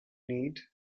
need